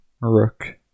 rook